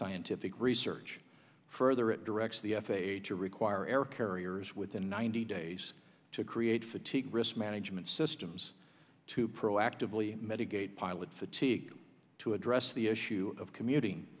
scientific research further it directs the f a a to require air carriers within ninety days to create fatigue risk management systems to proactively mitigate pilot fatigue to address the issue of commuting